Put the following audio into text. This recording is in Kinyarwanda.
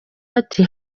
ati